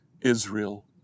Israel